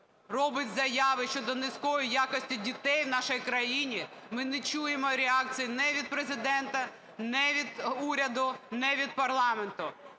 робить заяви щодо низької якості дітей в нашій країні, ми не чуємо реакції ні від Президента, ні від уряду, ні від парламенту.